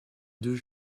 deux